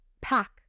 pack